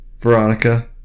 Veronica